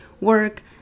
work